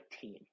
team